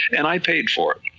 and i paid for it,